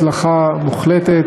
הצלחה מוחלטת,